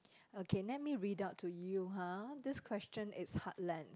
okay let me read out to you ha this question is heartlands